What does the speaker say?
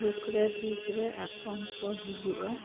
ᱥᱩᱠᱨᱮ ᱫᱩᱠᱨᱮ ᱟᱠᱚ ᱦᱚᱸᱠᱚ ᱦᱤᱡᱩᱜᱼᱟ